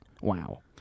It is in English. wow